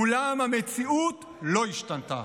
אולם המציאות לא השתנתה.